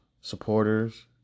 supporters